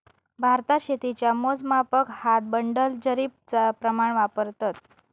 भारतात शेतीच्या मोजमापाक हात, बंडल, जरीबचा प्रमाण वापरतत